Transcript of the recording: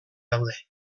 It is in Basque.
daude